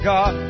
God